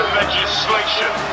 legislation